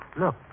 Look